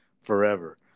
forever